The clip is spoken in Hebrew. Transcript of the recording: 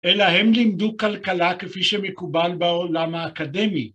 אלא הם לימדו כלכלה כפי שמקובל בעולם האקדמי.